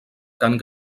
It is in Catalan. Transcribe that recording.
cant